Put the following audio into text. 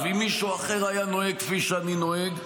אם מישהו אחר היה נוהג כפי שאני נוהג,